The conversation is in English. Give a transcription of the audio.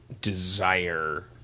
desire